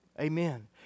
Amen